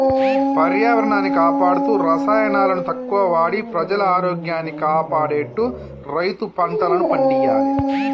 పర్యావరణాన్ని కాపాడుతూ రసాయనాలను తక్కువ వాడి ప్రజల ఆరోగ్యాన్ని కాపాడేట్టు రైతు పంటలను పండియ్యాలే